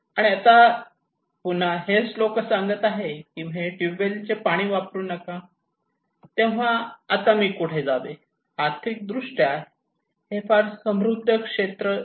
आणि आता पुन्हा हे लोक असे सांगत आहेत की हे ट्यूबवेल चे पाणी वापरू नका तेव्हा मी कुठे जावे आर्थिकदृष्ट्या हे फार समृद्ध क्षेत्र नाही